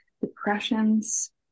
depressions